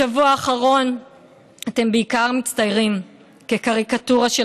בשבוע האחרון אתם בעיקר מצטיירים כקריקטורה של